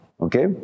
Okay